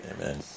Amen